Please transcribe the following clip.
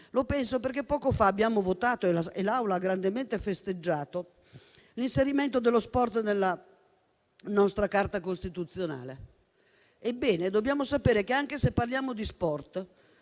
in uguaglianza. Poco fa abbiamo votato, e l'Aula ha grandemente festeggiato, l'inserimento dello sport nella nostra Carta costituzionale. Ebbene, dobbiamo sapere che, anche se parliamo di sport,